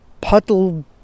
puddle